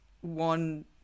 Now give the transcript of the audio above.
one